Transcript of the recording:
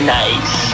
nice